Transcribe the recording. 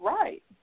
right